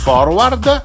Forward